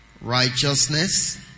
Righteousness